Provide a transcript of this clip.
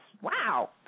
Wow